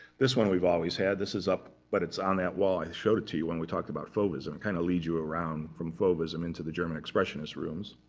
this one we've always had. this is up, but it's on that wall. i showed it to you when we talked about fauvism. it kind of leads you around from fauvism into the german expressionist rooms.